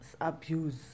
abuse